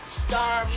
star